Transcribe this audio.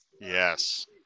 Yes